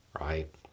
right